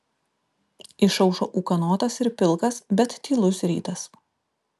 išaušo ūkanotas ir pilkas bet tylus rytas